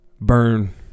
burn